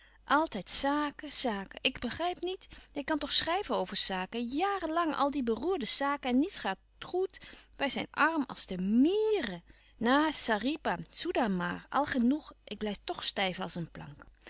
altijd saken saken ik behrijp niet jij kan toch schrijfen over saken jàren lang al die beroerde saken en niets gaat goed wij sijn arm als de mierrren na saripa soeda maar al genoegh ik blijf toch stijf als een plank